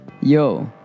Yo